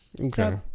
Okay